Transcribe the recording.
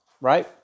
right